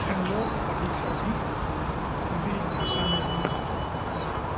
लोग अधिक से अधिक हिन्दी भाषा में ही अपना